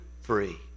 free